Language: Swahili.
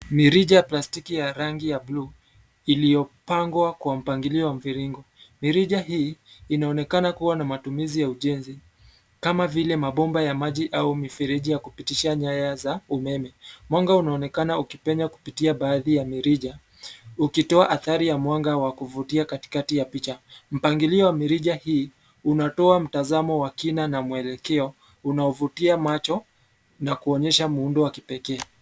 Mririja ya plastiki ya rangi ya bluu iliyopangwa kwa mpangilio wa mviringo, mirija hii inaonekana kuwa na matumizi ya ujenzi kama vile mabomba ya maji au mifereji ya kupitisha nyaya za umeme. Mwanga unaonekana ukipenya kupitia baadhi ya mirija ukitoa athari ya mwanga wa kuvutia katikati ya picha. Mpangilio wa mirija hii, unatoa mtazamo wa kina na mwelekeo unaovutia macho na kuonyesha muundo wa kipekee.